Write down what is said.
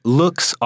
looks